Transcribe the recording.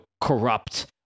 corrupt